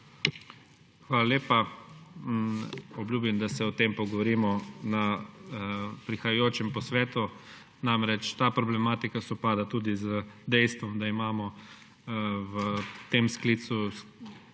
Hvala lepa. Obljubim, da se o tem pogovorimo na prihajajočem posvetu. Ta problematika sovpada tudi z dejstvom, da imamo v tem sklicu